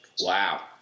Wow